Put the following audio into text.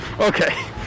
Okay